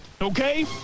okay